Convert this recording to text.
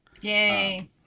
Yay